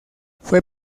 fue